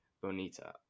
bonita